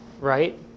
right